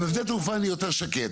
עם שדה התעופה אני יותר שקט.